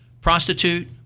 prostitute